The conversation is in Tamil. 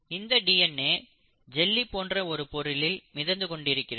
இந்த டிஎன்ஏ ஜெல்லி போன்ற ஒரு பொருளில் மிதந்து கொண்டிருக்கிறது